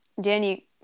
Danny